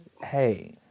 Hey